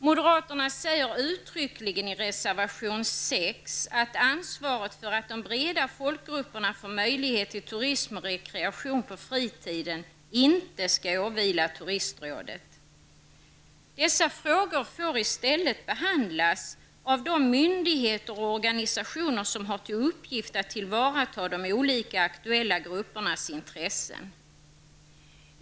Moderaterna säger uttrycklingen i reservation 6 att ansvaret för att de breda folkgrupeprna får möjlighet till turism och rekreation på fritiden inte skall åvila turistrådet. Dessa frågor får i stället behandlas av de myndigheter och organisationer som har till uppgift att tillvarata de olika aktuella gruppernas intressen.